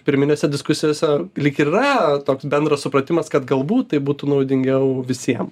pirminėse diskusijose lyg ir yra toks bendras supratimas kad galbūt tai būtų naudingiau visiem